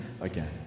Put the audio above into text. again